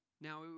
Now